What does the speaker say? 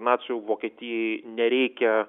nacių vokietijai nereikia